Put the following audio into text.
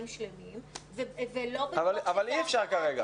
שלמים ולא בתור --- אבל אי אפשר כרגע,